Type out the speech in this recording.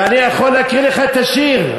ואני יכול להקריא לך את השיר.